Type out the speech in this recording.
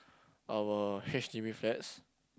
our H_D_B flats